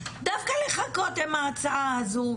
אולי דווקא לחכות עם ההצעה הזאת.